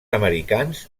americans